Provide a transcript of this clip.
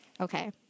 Okay